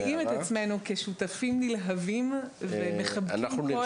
אנחנו מציעים את עצמנו כשותפים נלהבים ומחבקים כל קריאה לשיתוף פעולה.